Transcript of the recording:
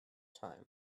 time